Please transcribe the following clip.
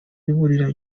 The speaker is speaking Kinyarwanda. ibirura